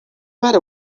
matter